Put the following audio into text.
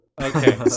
Okay